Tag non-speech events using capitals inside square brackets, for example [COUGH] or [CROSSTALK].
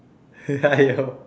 [LAUGHS] !aiyo!